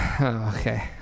Okay